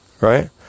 right